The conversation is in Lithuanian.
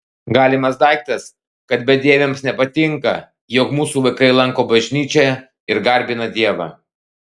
galimas daiktas kad bedieviams nepatinka jog mūsų vaikai lanko bažnyčią ir garbina dievą